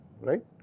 right